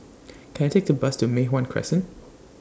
Can I Take The Bus to Mei Hwan Crescent